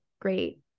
great